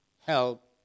help